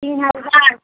تین ہزار